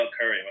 Curry